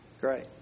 great